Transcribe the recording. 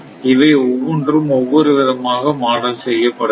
இவை ஒவ்வொன்றும் ஒவ்வொரு விதமாக மாடல் செய்யப்பட வேண்டும்